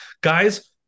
Guys